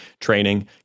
training